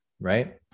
right